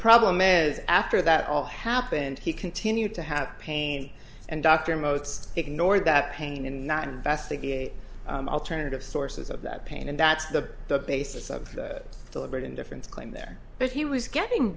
problem is after that all happened he continued to have pain and dr most ignore that pain and not investigate alternative sources of that pain and that's the basis of deliberate indifference claim there but he was getting